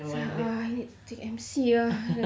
then he like ugh okay nevermind you